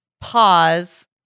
pause